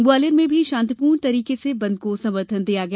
ग्वालियर में भी शान्तिपूर्ण तरीके से बंद को समर्थन दिया गया